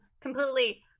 completely